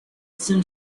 some